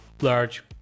large